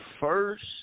first